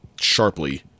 sharply